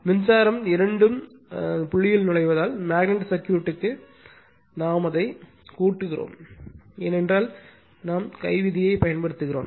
மின்சாரம் இரண்டும் நுழைவதால் மேக்னட் சர்க்யூட்டுக்கு நாம் அதை கூட்டுகிறோம் ஏனென்றால் கை விதியை பயன்படுத்துகிறோம்